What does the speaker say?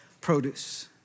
produce